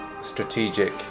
strategic